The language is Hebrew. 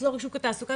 לחזור לשוק התעסוקה,